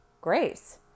grace